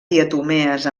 diatomees